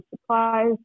supplies